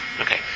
Okay